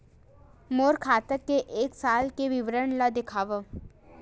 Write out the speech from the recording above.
मोर खाता के एक साल के विवरण ल दिखाव?